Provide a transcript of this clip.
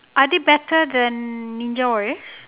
are they better than ninja warriors